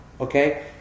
okay